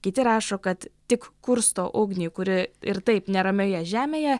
kiti rašo kad tik kursto ugnį kuri ir taip neramioje žemėje